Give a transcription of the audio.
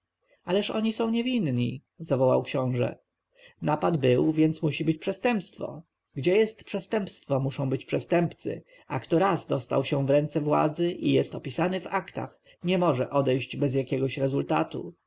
ależ oni są niewinni zawołał książę napad był a więc było przestępstwo gdzie jest przestępstwo muszą być przestępcy a kto raz dostał się w ręce władzy i jest opisany w aktach nie może odejść bez jakiegoś rezultatu